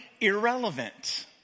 irrelevant